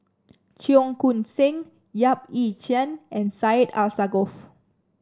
Cheong Koon Seng Yap Ee Chian and Syed Alsagoff